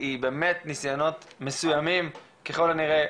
היא באמת ניסיונות מסוימים ככל הנראה,